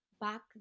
Back